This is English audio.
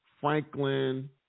Franklin